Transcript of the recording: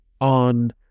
on